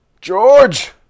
George